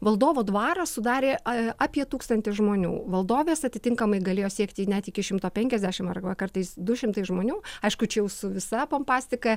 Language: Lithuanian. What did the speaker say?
valdovo dvarą sudarė apie tūkstantis žmonių valdovės atitinkamai galėjo siekti net iki šimto penkiasdešim arba kartais du šimtai žmonių aišku čia jau su visa pompastika